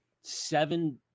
seven